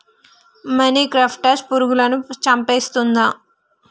మొనిక్రప్టస్ పురుగులను చంపేస్తుందా?